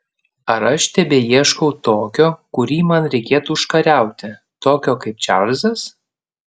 ar aš tebeieškau tokio kurį man reikėtų užkariauti tokio kaip čarlzas